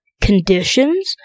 conditions